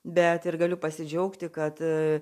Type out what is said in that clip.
bet ir galiu pasidžiaugti kad